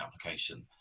application